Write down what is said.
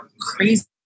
crazy